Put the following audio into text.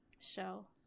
Show